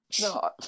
no